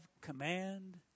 command